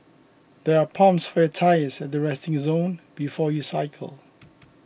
there are pumps for your tyres at the resting zone before you cycle